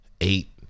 Eight